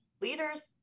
Leaders